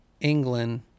England